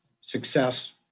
success